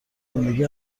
زندگی